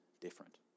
different